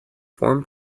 form